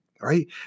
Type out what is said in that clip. Right